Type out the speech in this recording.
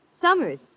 Summers